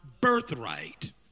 birthright